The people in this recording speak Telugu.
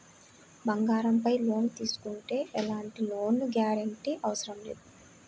బంగారంపై లోను తీసుకుంటే ఎలాంటి లోను గ్యారంటీ అవసరం లేదు